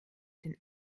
den